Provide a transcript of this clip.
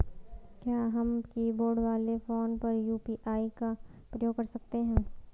क्या हम कीबोर्ड वाले फोन पर यु.पी.आई का प्रयोग कर सकते हैं?